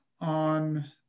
on